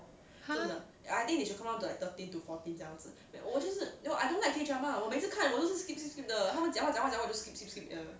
!huh!